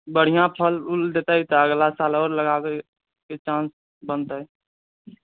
बढ़िऑं फल ऊल देतै तऽ अगला साल और लगाए देबै किछु चांस बनतै